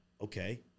okay